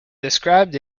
described